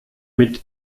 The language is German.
mit